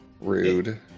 rude